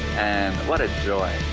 and what a joy.